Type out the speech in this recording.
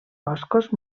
boscos